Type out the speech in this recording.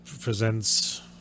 presents